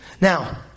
Now